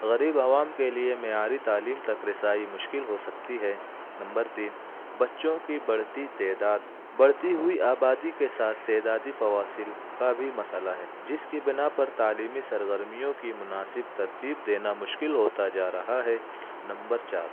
غریب عوام کے لیے معیاری تعلیم تک رسائی مشکل ہو سکتی ہے نمبر تین بچوں کی بڑھتی تعداد بڑھتی ہوئی آبادی کے ساتھ تعدادی فواصل کا بھی مسئلہ ہے جس کی بنا پر تعلیمی سرگرمیوں کی مناسب ترتیب دینا مشکل ہوتا جا رہا ہے نمبر چار